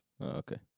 Okay